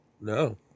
No